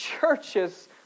churches